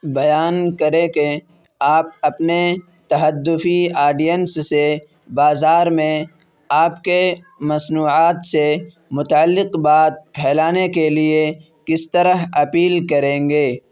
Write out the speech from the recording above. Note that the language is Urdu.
بیان کریں کہ آپ اپنے تہدفی آڈینس سے بازار میں آپ کے مصنوعات سے متعلق بات پھیلانے کے لیے کس طرح اپیل کریں گے